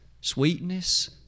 sweetness